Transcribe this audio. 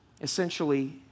essentially